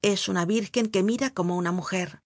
es una virgen que mira como una mujer